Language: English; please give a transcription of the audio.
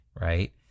right